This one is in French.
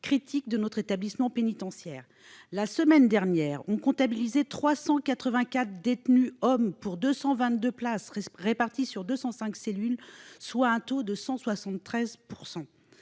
critique de l'établissement pénitentiaire. La semaine dernière, on comptabilisait 384 détenus hommes pour 222 places, réparties en 205 cellules, soit un taux